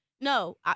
No